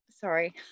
Sorry